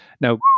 now